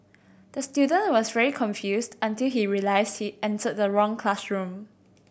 the student was very confused until he realised he entered the wrong classroom